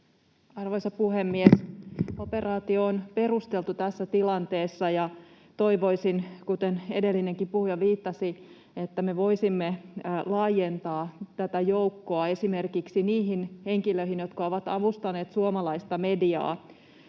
Arvoisa puhemies! Operaatio on perusteltu tässä tilanteessa, ja toivoisin, kuten edellinenkin puhuja totesi, että me voisimme laajentaa tätä joukkoa esimerkiksi niihin henkilöihin, jotka ovat avustaneet suomalaista mediaa.